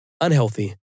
unhealthy